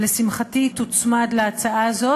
לשמחתי, היא תוצמד להצעה זאת,